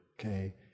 Okay